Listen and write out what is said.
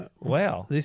Wow